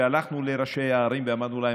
והלכנו לראשי הערים ואמרנו להם,